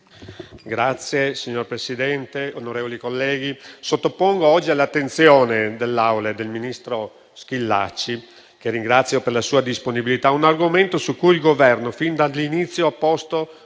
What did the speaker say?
Signora Presidente, onorevoli colleghi, sottopongo oggi all'attenzione dell'Assemblea e del ministro Schillaci, che ringrazio per la sua disponibilità, un argomento su cui il Governo, fin dall'inizio, ha posto